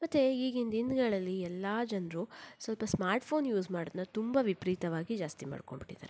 ಮತ್ತೆ ಈಗಿನ ದಿನಗಳಲ್ಲಿ ಎಲ್ಲ ಜನರು ಸ್ವಲ್ಪ ಸ್ಮಾರ್ಟ್ ಫೋನ್ ಯೂಸ್ ಮಾಡೋದನ್ನ ತುಂಬ ವಿಪರೀತವಾಗಿ ಜಾಸ್ತಿ ಮಾಡ್ಕೊಂಡ್ಬಿಟ್ಟಿದ್ದಾರೆ